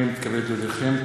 הנני מתכבד להודיעכם,